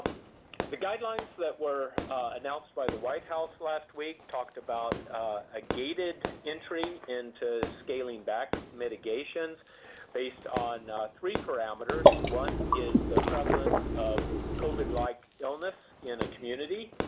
the guidelines that were announced by the white house last week talked about a gated entry into scaling back mitigations based on three parameters. one is the prevalence of covid-like illness in a community.